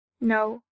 No